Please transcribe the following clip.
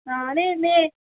हां नेईं नेईं